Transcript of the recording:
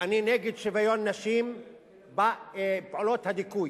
שוויון נשים בפעולות הדיכוי.